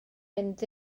mynd